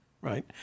Right